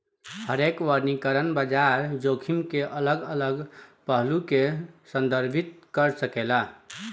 हरेक वर्गीकरण बाजार जोखिम के अलग अलग पहलू के संदर्भित कर सकेला